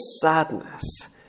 sadness